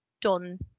done